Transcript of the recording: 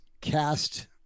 cast